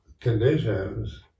conditions